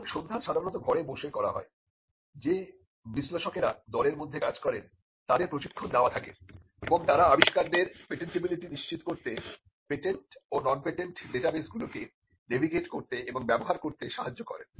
এখন সন্ধান সাধারণত ঘরে বসে করা হয় যে বিশ্লেষকেরা দলের মধ্যে কাজ করেন তাদের প্রশিক্ষণ দেওয়া থাকে এবং তারা আবিষ্কারক দের পেটেন্টিবিলিটি নিশ্চিত করতে পেটেন্ট ও নন পেটেন্ট ডাটাবেস গুলিকে নেভিগেট করতে এবং ব্যবহার করতে সাহায্য করেন